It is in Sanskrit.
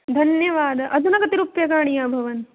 धन्यवादः अधुना कति रूप्यकाणि अभवन्